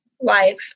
life